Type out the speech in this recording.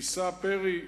תישא פרי,